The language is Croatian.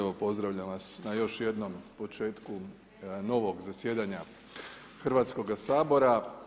Evo pozdravljam vas na još jednom početku novog zasjedanja Hrvatskoga sabora.